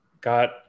got –